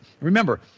Remember